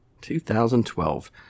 2012